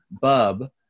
Bub